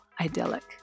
idyllic